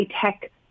tech